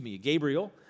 Gabriel